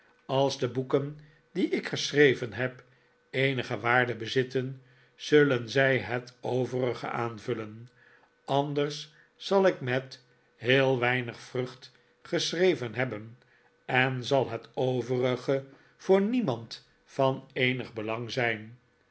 als de boeken die ik geschreven heb eenige waarde bezitten zullen zij het overige aanvullen anders zal ik met heel weinig vrucht geschreven hebben en zal het overige voor niemand van eenig belang zijn